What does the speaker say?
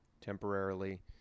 temporarily